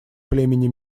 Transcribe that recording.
племени